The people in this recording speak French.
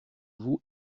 vous